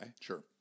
Sure